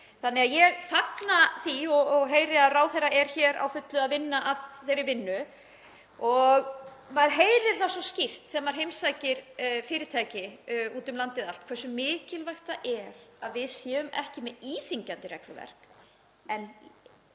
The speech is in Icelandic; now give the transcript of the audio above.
atvinnulífs. Ég fagna því og heyri að ráðherra er hér á fullu að vinna þá vinnu. Maður heyrir það svo skýrt þegar maður heimsækir fyrirtæki út um landið allt hversu mikilvægt það er að við séum ekki með íþyngjandi regluverk.